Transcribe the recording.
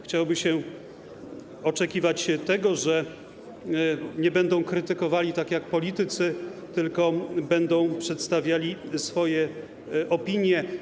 Chciałoby się oczekiwać, że nie będą krytykowali tak jak politycy, tylko będą przedstawiali swoje opinie.